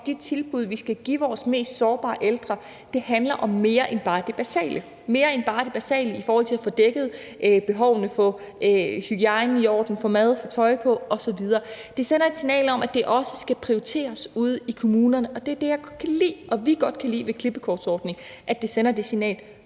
at de tilbud, vi skal give vores mest sårbare ældre, handler om mere end bare det basale i forhold til at få dækket behovene, få hygiejnen i orden, få mad, tøj på osv. Det sender et signal om, at det også skal prioriteres ude i kommunerne, og det er det, jeg – og vi – godt kan lide ved klippekortordningen, altså at det sender det signal.